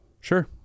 Sure